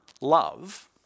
love